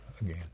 again